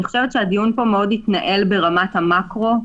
אני חושבת שהדיון פה התנהל ברמת המקרו,